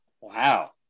Wow